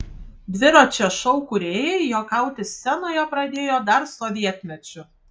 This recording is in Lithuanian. dviračio šou kūrėjai juokauti scenoje pradėjo dar sovietmečiu